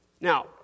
Now